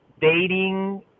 dating